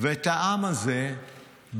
ואת העם הזה בנאמנות.